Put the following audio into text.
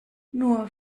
nur